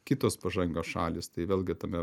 kitos pažangios šalys tai vėlgi tame